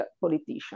politician